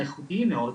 האיכותיים מאוד,